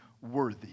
worthy